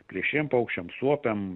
plėšriem paukščiam suopiam